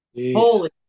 holy